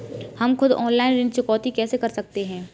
हम खुद ऑनलाइन ऋण चुकौती कैसे कर सकते हैं?